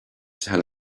tell